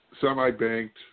semi-banked